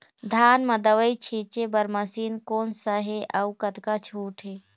धान म दवई छींचे बर मशीन कोन सा हे अउ कतका छूट हे?